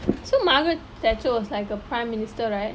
so margaret thatcher was like a prime minister right